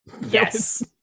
yes